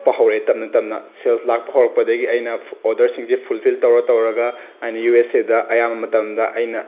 ꯂꯥꯛꯄ ꯍꯧꯔꯛꯑꯦ ꯇꯞꯅ ꯇꯞꯅ ꯁꯦꯜꯁ ꯂꯥꯛꯄ ꯍꯧꯔꯛꯄꯗꯒꯤ ꯑꯩꯅ ꯑꯣꯔꯗꯔꯁꯤꯡꯁꯤ ꯐꯨꯜꯐꯤꯜ ꯇꯧꯔ ꯇꯧꯔꯒ ꯑꯩꯅ ꯌꯨ ꯑꯦꯁ ꯑꯦꯗ ꯑꯌꯥꯝꯕ ꯃꯇꯝꯗ ꯑꯩꯅ